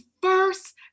first